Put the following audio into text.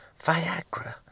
Viagra